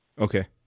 Okay